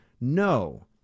No